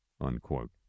unquote